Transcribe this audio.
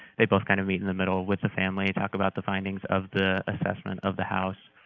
they both kind of meet in the middle with the family, talk about the findings of the assessment of the house,